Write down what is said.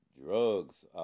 drugs